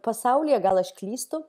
pasaulyje gal aš klystu